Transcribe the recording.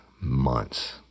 months